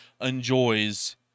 enjoys